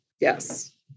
Yes